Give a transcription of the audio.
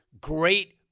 Great